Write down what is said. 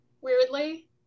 Weirdly